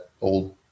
old